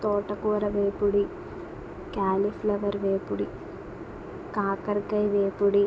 తోటకూర వేపుడి క్యాలీఫ్లవర్ వేపుడి కాకరకాయ వేపుడు